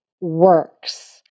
works